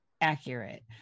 accurate